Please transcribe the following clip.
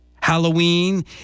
Halloween